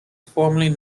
formerly